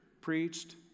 preached